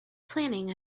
planning